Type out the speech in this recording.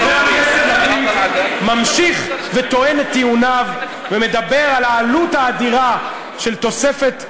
חבר הכנסת לפיד ממשיך וטוען את טיעוניו ומדבר על העלות האדירה של תוספת,